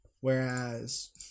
Whereas